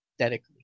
aesthetically